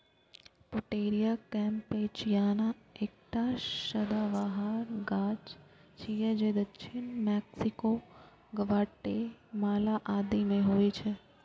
Pouteria campechiana एकटा सदाबहार गाछ छियै जे दक्षिण मैक्सिको, ग्वाटेमाला आदि मे होइ छै